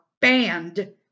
banned